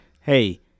hey